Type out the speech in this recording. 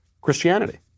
Christianity